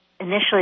initially